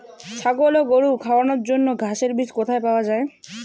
ছাগল ও গরু খাওয়ানোর জন্য ঘাসের বীজ কোথায় পাওয়া যায়?